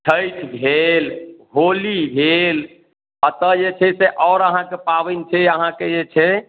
छठि भेल होली भेल अतऽ जे छै से आओर अहाँके पाबनि छै अहाँके जे छै